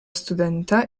studenta